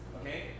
okay